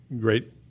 great